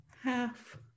half